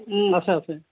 আছে আছে